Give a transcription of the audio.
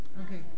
Okay